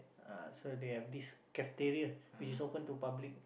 ah so they have this cafeteria which is open to public